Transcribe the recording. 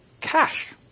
cash